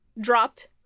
dropped